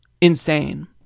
insane